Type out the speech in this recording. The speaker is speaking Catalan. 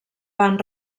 van